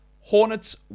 Hornets